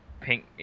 pink